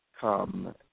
come